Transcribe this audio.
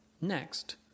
Next